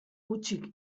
hutsik